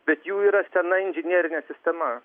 bet jų yra sena inžinerinė sistema